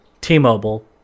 T-Mobile